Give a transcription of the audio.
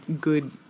good